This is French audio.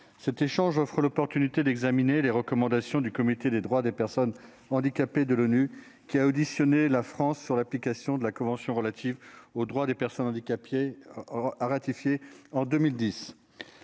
Cet échange offre l'occasion d'examiner les recommandations du Comité des droits des personnes handicapées de l'ONU (CDPH), qui a auditionné la France sur l'application de la convention relative aux droits des personnes handicapées ratifiée en 2010.